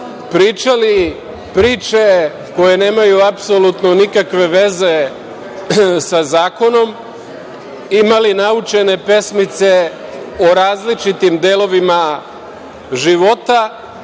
Pričali priče koje nemaju apsolutno nikakve veze sa zakonom, imali naučene pesmice o različitim delovima života